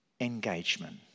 engagement